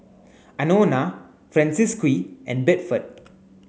Anona Francisqui and Bedford